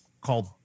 called